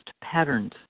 patterns